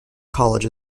college